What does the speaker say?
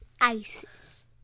Isis